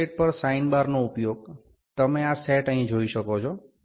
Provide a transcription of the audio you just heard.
surface plate પર sine બારનો ઉપયોગ તમે આ સેટ અહીં જોઈ શકો છો